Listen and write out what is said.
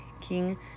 king